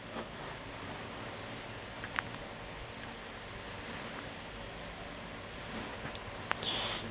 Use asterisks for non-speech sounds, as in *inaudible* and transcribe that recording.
*noise*